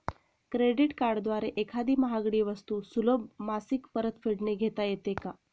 Credit कार्डद्वारे एखादी महागडी वस्तू सुलभ मासिक परतफेडने घेता येते का?